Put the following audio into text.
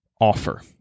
offer